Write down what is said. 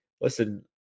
listen